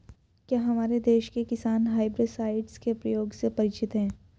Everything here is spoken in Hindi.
क्या हमारे देश के किसान हर्बिसाइड्स के प्रयोग से परिचित हैं?